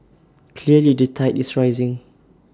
clearly the tide is rising